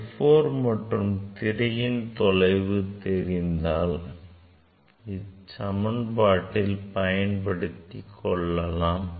L4 மற்றும் திரையின் தொலைவு தெரிந்தால் இச்சமன்பாட்டில் பயன்படுத்தி கொள்ளலாம்